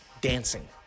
dancing